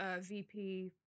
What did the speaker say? VP